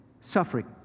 suffering